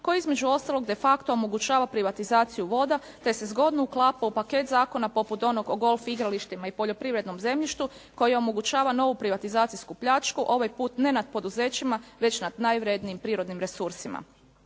koji između ostalog de facto omogućava privatizaciju voda te se zgodno uklapa u paket zakona poput onog o golf igralištima i poljoprivrednom zemljištu koji omogućava novu privatizacijsku pljačku, ovaj put ne nad poduzećima već nad najvrjednijim prirodnim resursima.